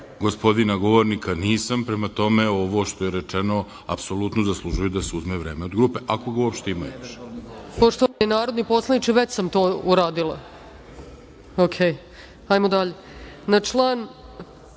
gospodina govornika nisam. Prema tome, ovo što je rečeno apsolutno zaslužuje da se uzme vreme od grupe, ako ga uopšte imaju. **Ana Brnabić** Poštovani narodni poslaniče, već sam to uradila. Na